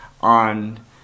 on